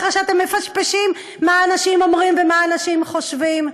אחרי שאתם מפשפשים מה אנשים אומרים ומה אנשים חושבים?